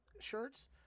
shirts